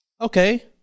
Okay